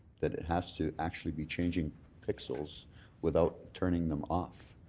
that it has to actually be changing pixels without turning them off.